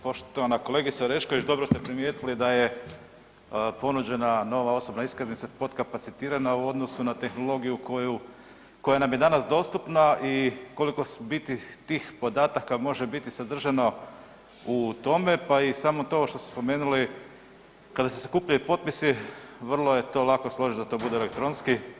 Poštovana kolegice Orešković, dobro ste primijetili da je ponuđena nova osobna iskaznica potkapacitirana u odnosu na tehnologiju koju, koja nam je danas dostupna i koliko u biti tih podataka može biti sadržano u tome, pa i samo to što ste spomenuli, kada se sakupljaju potpisi vrlo je to lako složiti da to bude elektronski.